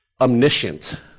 omniscient